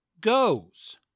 goes